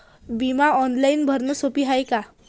बिमा ऑनलाईन भरनं सोप हाय का?